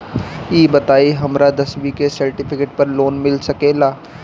ई बताई हमरा दसवीं के सेर्टफिकेट पर लोन मिल सकेला?